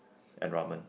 and ramen